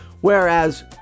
Whereas